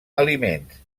aliments